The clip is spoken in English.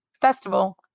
festival